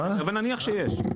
אבל נניח שיש.